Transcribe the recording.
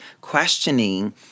questioning